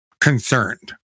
concerned